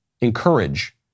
encourage